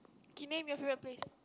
okay name your favourite place